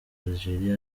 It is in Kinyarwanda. algeria